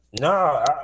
No